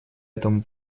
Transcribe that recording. этому